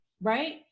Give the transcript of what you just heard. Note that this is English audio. right